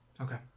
Okay